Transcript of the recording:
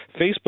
Facebook